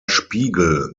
spiegel